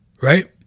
right